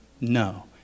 No